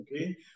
okay